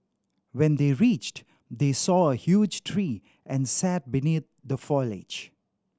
when they reached they saw a huge tree and sat beneath the foliage